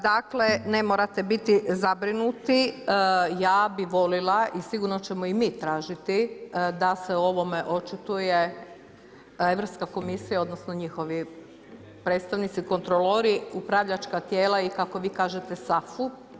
Dakle ne morate biti zabrinuti, ja bih voljela i sigurno ćemo mi tražiti da se o ovome očituje Europska komisija odnosno njihovi predstavnici, kontroli, upravljačka tijela i kako vi kažete SAFU.